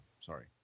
sorry